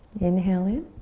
inhale in.